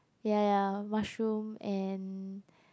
ya ya mushroom and